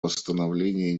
восстановлении